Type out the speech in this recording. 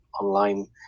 online